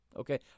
Okay